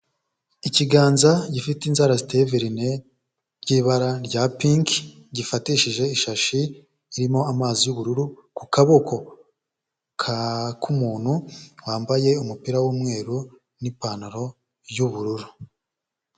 Ikiganza gifite inzara ziteye verine ry'ibara rya pinki, gifatishije ishashi irimo amazi y'ubururu ku kaboko k'umuntu wambaye umupira w'umweru n'ipantaro y'ubururu.